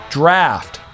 draft